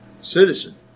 Citizen